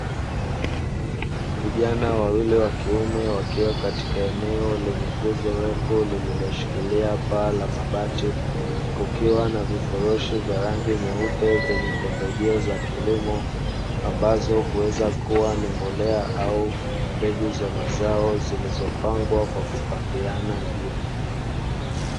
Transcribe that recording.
Vijana wawili wa kiume wakiwa katika eneo lenye nguzo refu lililoshikilia paa la mabati, kukiwa na vifurushi vya rangi nyeupe venye pembejeo za kilimo, ambazo huweza kuwa ni mbolea au mbegu za mazao zilizopangwa kwa kupandiana juu.